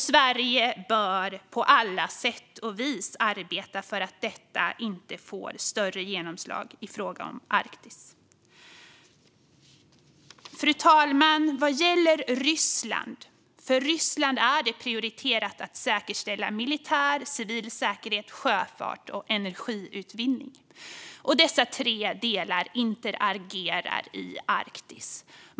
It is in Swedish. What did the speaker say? Sverige bör på alla sätt och vis arbeta för att detta inte ska få större genomslag i fråga om Arktis. Fru talman! För Ryssland är det prioriterat att säkerställa militär och civil säkerhet, sjöfart och energiutvinning. Dessa tre delar interagerar i Arktis.